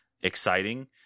exciting